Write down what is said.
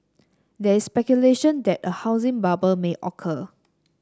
there is speculation that a housing bubble may occur